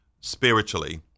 spiritually